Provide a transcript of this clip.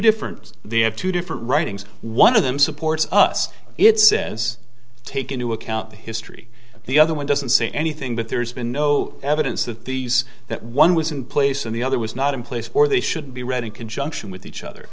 different they have two different writings one of them supports us it says take into account history the other one doesn't say anything but there's been no evidence that these that one was in place and the other was not in place for they should be read in conjunction with each other